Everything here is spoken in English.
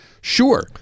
sure